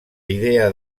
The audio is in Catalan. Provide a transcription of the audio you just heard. idea